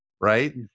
right